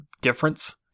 difference